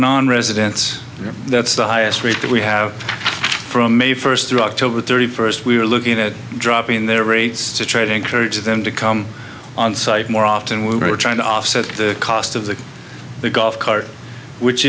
nonresidents that's the highest rate that we have from may first through october thirty first we were looking at dropping their rates to try to encourage them to come on site more often we were trying to offset the cost of the the golf cart which